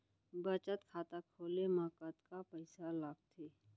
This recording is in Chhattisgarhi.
बचत खाता खोले मा कतका पइसा लागथे?